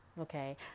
Okay